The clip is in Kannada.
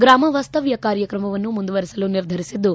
ಗ್ರಾಮವಾಸ್ತವ್ದ ಕಾರ್ಯಕ್ರಮವನ್ನು ಮುಂದುವರೆಸಲು ನಿರ್ಧರಿಸಿದ್ದು